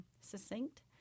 succinct